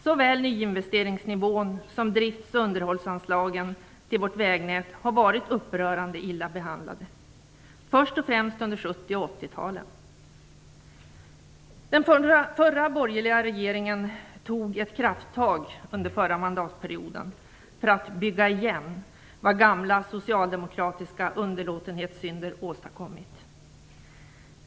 Såväl nyinvesteringsnivån som drifts och underhållsanslagen till vårt vägnät har varit upprörande illa behandlade, först och främst under 70 och 80-talen. Den förra borgerliga regeringen tog ett krafttag under förra mandatperioden för att "bygga igen" vad gamla socialdemokratiska underlåtenhetssynder åstadkommit.